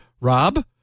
Rob